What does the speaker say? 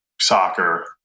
soccer